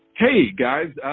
hey guys,